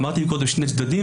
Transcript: אמרתי קודם שני צדדים,